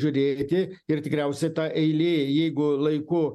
žiūrėti ir tikriausia ta eilė jeigu laiku